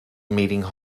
meeting